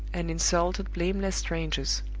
and insulted blameless strangers.